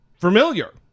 familiar